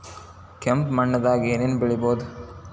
ಕೆಂಪು ಮಣ್ಣದಾಗ ಏನ್ ಏನ್ ಬೆಳಿಬೊದು?